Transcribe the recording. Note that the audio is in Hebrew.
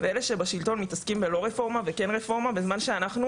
ואלה שבשלטון מתעסקים בלא רפורמה וכן רפורמה בזמן שאנחנו,